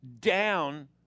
down